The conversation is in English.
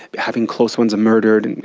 having close ones murdered. and